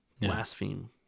blaspheme